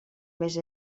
més